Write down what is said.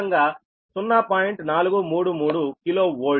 433 kilo volt